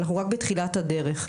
אנחנו רק בתחילת הדרך.